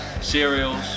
cereals